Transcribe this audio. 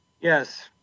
Yes